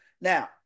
Now